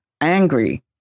angry